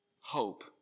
Hope